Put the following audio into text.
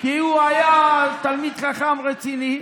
כי הוא היה תלמיד חכם רציני,